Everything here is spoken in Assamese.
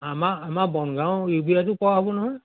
আমা আমাৰ বনগাঁও ইউ বি আইটো পৰা হ'ব নহয়